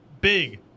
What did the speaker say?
big